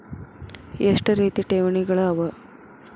ಎಷ್ಟ ರೇತಿ ಠೇವಣಿಗಳ ಅವ?